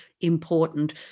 important